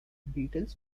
beatles